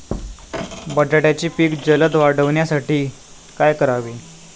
बटाट्याचे पीक जलद वाढवण्यासाठी काय करावे?